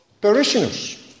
parishioners